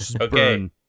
Okay